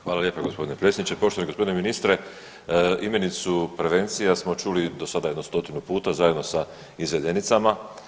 Hvala lijepo gospodine predsjedniče, poštovani gospodine ministre, imenicu prevencija smo čuli do sada jedno stotinu puta zajedno sa izvedenicama.